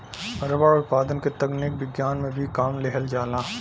rubber उत्पादन क तकनीक विज्ञान में भी काम लिहल जाला